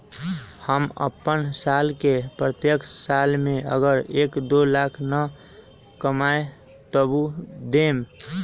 हम अपन साल के प्रत्येक साल मे अगर एक, दो लाख न कमाये तवु देम?